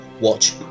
watch